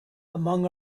among